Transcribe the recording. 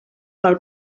pel